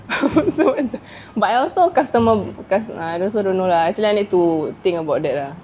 but I also customer I also don't know lah actually I need to think about that lah